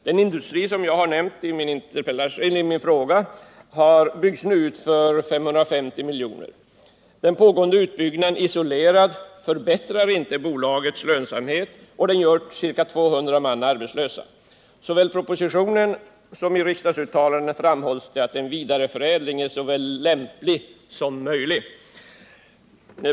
Den industri som jag nämnt i min fråga byggs nu ut för 550 miljoner. Den pågående utbyggnaden isolerad förbättrar inte bolagets lönsamhet, och den gör ca 200 man arbetslösa. I både propositionen och riksdagsuttalandet framhålls det att en vidareförädling är såväl lämplig som möjlig.